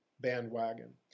bandwagon